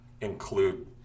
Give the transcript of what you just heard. include